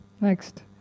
Next